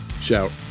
Shout